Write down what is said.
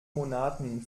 monaten